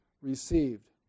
received